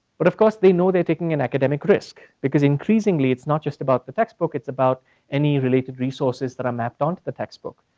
but of course they know they're taking an academic risk because increasingly it's not just about the text book, it's about any related resources that are mapped onto the textbook.